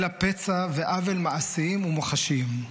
אלא פצע ועוול מעשיים ומוחשיים.